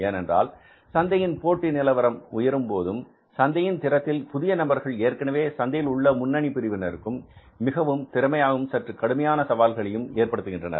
ஏனென்றால் சந்தையின் போட்டி நிலவரம் உயரும் போதும் சந்தையின் திறத்தில் புதிய நபர்கள் ஏற்கனவே சந்தையில் உள்ள முன்னணி பிரிவினருக்கும் மிகவும் திறமையாகவும் சற்று கடுமையான சவால்களையும் ஏற்படுத்துகின்றனர்